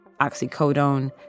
oxycodone